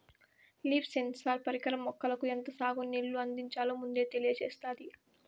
leaf sensor పరికరం మొక్కలకు ఎంత సాగు నీళ్ళు అందించాలో ముందే తెలియచేత్తాది